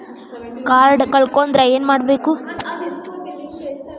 Card ಕಳ್ಕೊಂಡ್ರ ಏನ್ ಮಾಡಬೇಕು?